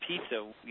pizza